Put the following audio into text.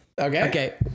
Okay